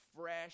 Fresh